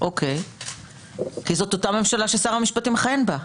כי זאת אותה ממשלה ששר המשפטים מכהן בה.